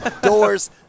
Doors